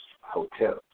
hotel